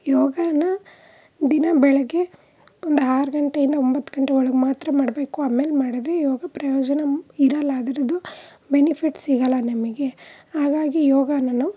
ಯೋಗನ ದಿನ ಬೆಳಗ್ಗೆ ಒಂದು ಆರು ಗಂಟೆಯಿಂದ ಒಂಬತ್ತು ಗಂಟೆ ಒಳಗೆ ಮಾತ್ರ ಮಾಡಬೇಕು ಆಮೇಲೆ ಮಾಡಿದ್ರೆ ಯೋಗ ಪ್ರಯೋಜನ ಮ್ ಇರಲ್ಲ ಅದರದ್ದು ಬೆನಿಫಿಟ್ಸ್ ಸಿಗಲ್ಲ ನಮಗೆ ಹಾಗಾಗಿ ಯೋಗನ ನಾವು